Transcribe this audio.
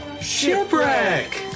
Shipwreck